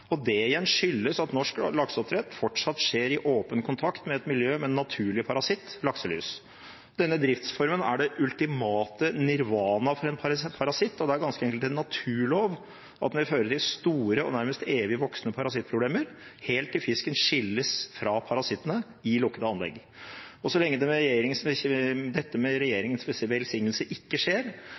Det skyldes igjen at norsk lakseoppdrett fortsatt skjer i åpen kontakt med et miljø med en naturlig parasitt, lakselus. Denne driftsformen er den ultimate nirvana for en parasitt, og det er ganske enkelt en naturlov at den vil føre til store og nærmest evigvoksende parasittproblemer helt til fisken skilles fra parasittene i lukkete anlegg. Så lenge dette – med regjeringens velsignelse – ikke skjer,